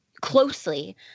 closely